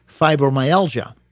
fibromyalgia